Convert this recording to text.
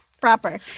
proper